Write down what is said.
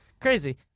Crazy